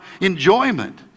enjoyment